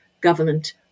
government